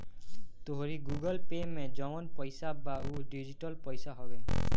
तोहरी Google Pay में जवन पईसा बा उ डिजिटल पईसा हवे